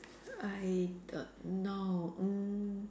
I don't know mm